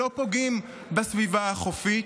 שלא פוגעים בסביבה החופית.